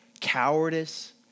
cowardice